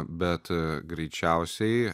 bet greičiausiai